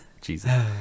jesus